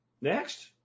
Next